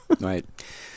Right